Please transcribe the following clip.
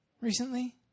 recently